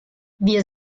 wir